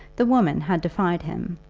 the woman had defied him,